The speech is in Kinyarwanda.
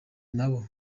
nabo